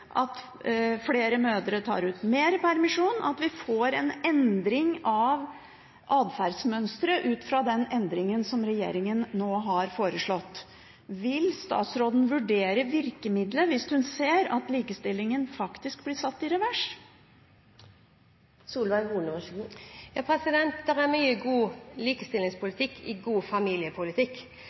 at flere mødre tar ut mer permisjon – at vi får en endring av atferdsmønsteret ut fra den endringen som regjeringen nå har foreslått? Vil statsråden vurdere virkemiddelet hvis hun ser at likestillingen faktisk blir satt i revers? Det er mye god likestillingspolitikk i god familiepolitikk, og det å gi familiene en valgfrihet og en fleksibilitet er også god likestillingspolitikk.